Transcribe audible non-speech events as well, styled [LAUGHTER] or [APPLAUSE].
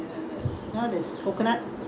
my [NOISE] my third brother lah